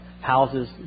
houses